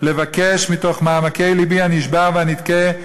לבקש מתוך מעמקי לבי הנשבר והנדכא,